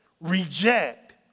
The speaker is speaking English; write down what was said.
reject